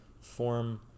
form